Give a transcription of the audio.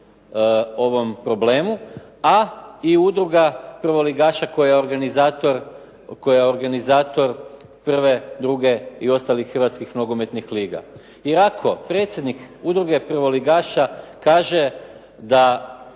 ovom problemu, a i Udruga prvoligaša koja je organizator, prve, druge i ostalih Hrvatskih nogometnih liga. Jer ako predsjednik Udruge prvoligaša kaže da